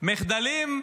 מחדלים?